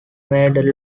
made